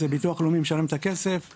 ביטוח לאומי משלם את הכסף,